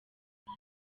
kuko